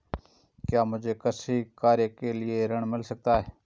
क्या मुझे कृषि कार्य के लिए ऋण मिल सकता है?